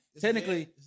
Technically